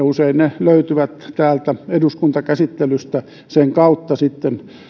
usein ne löytyvät täällä eduskuntakäsittelyssä sitten sen kautta